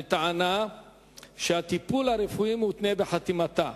בטענה שהטיפול הרפואי מותנה בחתימתה.